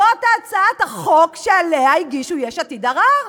זאת הצעת החוק שעליה הגישו יש עתיד ערר.